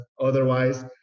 otherwise